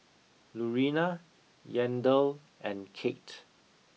Lurena Yandel and Kate